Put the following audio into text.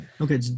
okay